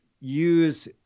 use